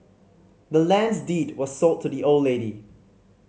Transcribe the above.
the land's deed was sold to the old lady